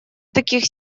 таких